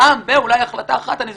פעם בכך וכך, אולי החלטה אחת אני זוכר,